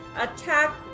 attack